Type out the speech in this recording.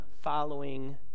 following